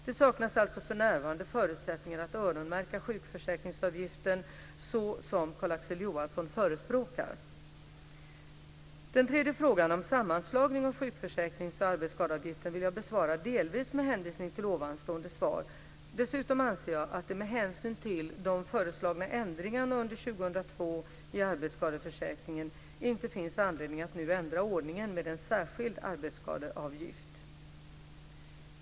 Det saknas alltså för närvarande förutsättningar att öronmärka sjukförsäkringsavgiften såsom Carl-Axel Johansson förespråkar. Den tredje frågan om sammanslagning av sjukförsäkrings och arbetsskadeavgift vill jag besvara delvis med hänvisning till ovanstående svar. Dessutom anser jag att det med hänsyn till de föreslagna ändringarna under 2002 i arbetsskadeförsäkringen inte finns anledning att nu ändra ordningen med en särskild arbetsskadeavgift.